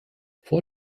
vor